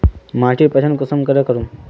माटिर पहचान कुंसम करे करूम?